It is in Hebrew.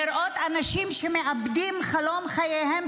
לראות אנשים שמאבדים את חלום חייהם,